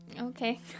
Okay